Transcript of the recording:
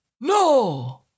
No